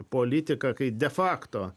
politiką kai de facto